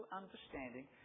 understanding